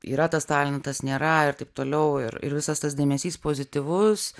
yra tas talentas nėra ir taip toliau ir ir visas tas dėmesys pozityvus